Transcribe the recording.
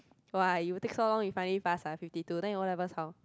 !wah! you take so long you finally passed ah fifty two then you O-levels how